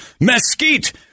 Mesquite